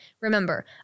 Remember